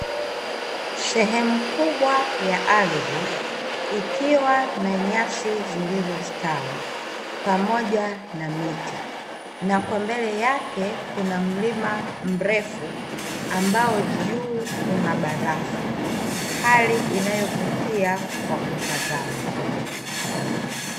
Sehemu kubwa ya ardhi ikiwa na nyasi zilizostawi pamoja na miti na kwa mbele yake kuna mlima mrefu ambao juu unabarafu, hali inayovutia kwa kutizama.